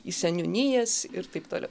į seniūnijas ir taip toliau